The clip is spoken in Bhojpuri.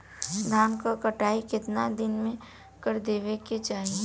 धान क कटाई केतना दिन में कर देवें कि चाही?